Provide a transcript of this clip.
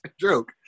joke